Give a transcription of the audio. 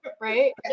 right